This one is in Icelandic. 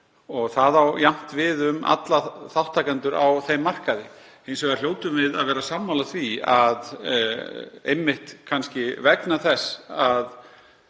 Það á jafnt við um alla þátttakendur á þeim markaði. Hins vegar hljótum við að vera sammála því að kannski einmitt vegna þess að